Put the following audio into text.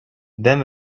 then